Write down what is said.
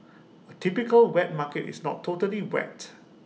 A typical wet market is not totally wet